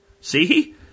See